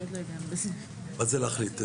מה זה להחליט?